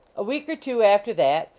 a week or two after that,